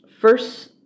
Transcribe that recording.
first